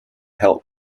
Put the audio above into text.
help